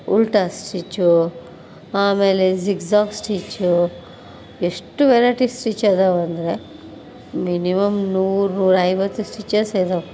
ಉಲ್ಟಾ ಸ್ಟಿಚ್ಚು ಆಮೇಲೆ zigzag stitch ಎಷ್ಟು ವೆರೈಟಿಸ್ ಸ್ಟಿಚ್ ಇದಾವಂದ್ರೆ ಮಿನಿಮಮ್ ನೂರು ನೂರೈವತ್ತು ಸ್ಟಿಚೆಸ್ ಇದಾವೆ